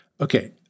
okay